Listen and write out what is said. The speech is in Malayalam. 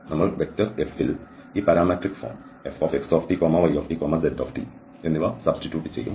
നമ്മൾ F ൽ ഈ പാരാമെട്രിക് ഫോം Fxtytzt എന്നിവ സബ്സ്റ്റിറ്റ്യൂട്ട് ചെയ്യും